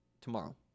tomorrow